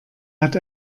hat